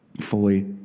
fully